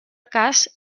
cas